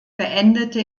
beendete